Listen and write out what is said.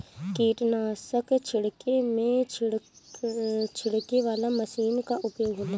कीटनाशक छिड़के में छिड़के वाला मशीन कअ उपयोग होला